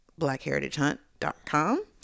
blackheritagehunt.com